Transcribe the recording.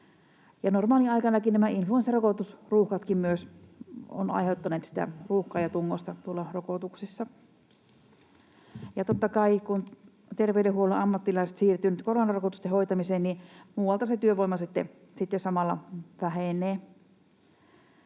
myös nämä influenssarokotusruuhkat ovat aiheuttaneet ruuhkaa ja tungosta tuolla rokotuksissa. Ja totta kai, kun terveydenhuollon ammattilaiset siirtyvät nyt koronarokotusten hoitamiseen, niin muualta se työvoima sitten